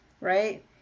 right